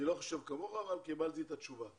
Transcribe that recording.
אני לא חושב כמוך אבל קיבלתי את התשובה.